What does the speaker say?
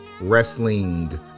Wrestling